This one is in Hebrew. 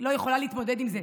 לא יכולה להתמודד עם זה.